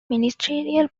ministerial